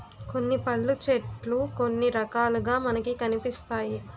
కొన్ని పళ్ళు చెట్లు కొన్ని రకాలుగా మనకి కనిపిస్తాయి